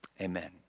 Amen